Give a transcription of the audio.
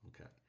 okay